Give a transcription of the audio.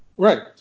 Right